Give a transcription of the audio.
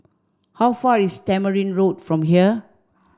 how far is Tamarind Road from here